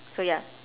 so ya